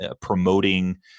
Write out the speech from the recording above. promoting